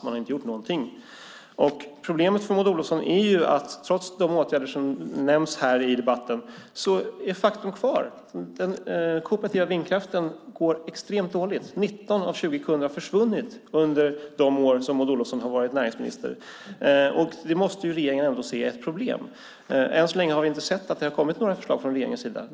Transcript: Man har inte gjort någonting. Problemet för Maud Olofsson är också att trots de åtgärder som nämns i debatten kvarstår faktum: Den kooperativa vindkraften går extremt dåligt. 19 av 20 kunder har försvunnit under de år som Maud Olofsson varit näringsminister. Det måste väl regeringen uppfatta som ett problem. Än så länge har vi inte sett några förslag från regeringens sida.